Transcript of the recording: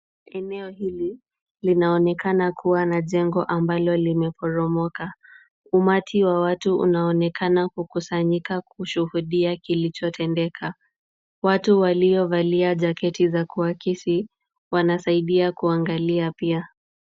Eneo hili linaonekana kuwa na jengo ambalo limeporomoka. Umati wa watu unaonekana kukusanyika kushuhudia kilichotendeka. Watu waliovalia jaketi za kuakisi wanasaidia kuangalia pia.